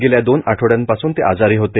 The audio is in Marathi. गेल्या दोन आठवडयांपासून ते आजारी होते